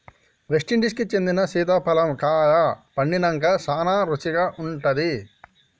West Indies కి చెందిన సీతాఫలం కాయ పండినంక సానా రుచిగా ఉంటాది